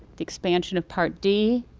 the expansion of part d.